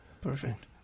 Perfect